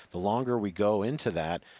the longer we go into that,